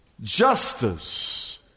justice